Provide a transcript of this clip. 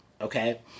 Okay